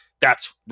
thats